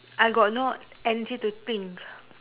I got no energy to think